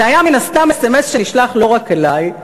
זה היה, מן הסתם, אס.אם.אס שנשלח לא רק אלי,